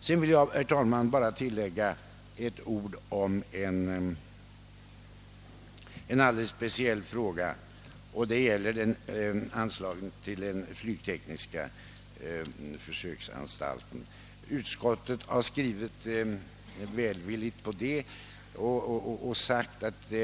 Jag vill, herr talman, endast tillägga något om en alldeles speciell fråga. Det gäller anslaget till flygtekniska försöksanstalten. Utskottet har välvilligt skrivit